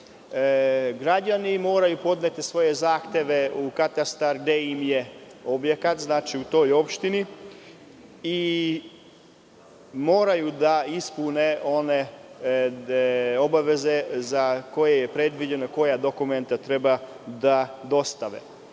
Građani moraju podneti svoje zahteve u katastar gde im je objekat u toj opštini i moraju da ispune one obaveze za koje je predviđeno koja dokumenta treba da dostave. Moraju